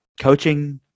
coaching